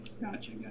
gotcha